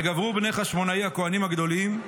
וגברו בני חשמונאי הכוהנים הגדולים,